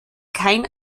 kein